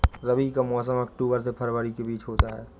रबी का मौसम अक्टूबर से फरवरी के बीच में होता है